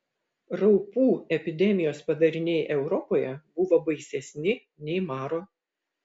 raupų epidemijos padariniai europoje buvo baisesni nei maro